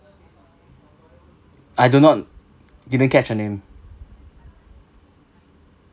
I do not didn't catch her name